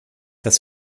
das